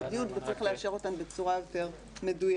עד י' וצריך לאשר אותן בצורה יותר מדויקת.